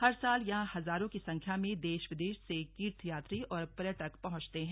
हर साल यहां हजारों की संख्या में देश विदेश से तीर्थयात्री और पर्यटक पहुंचते हैं